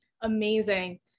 Amazing